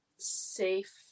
safe